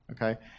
okay